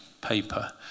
paper